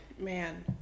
Man